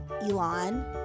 Elon